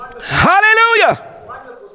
hallelujah